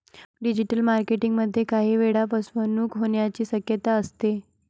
digital marketing मध्ये काही वेळा फसवणूक होण्याची शक्यता असते